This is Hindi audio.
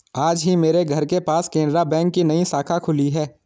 आज ही मेरे घर के पास केनरा बैंक की नई शाखा खुली है